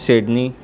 Sydney